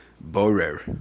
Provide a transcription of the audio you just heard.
borer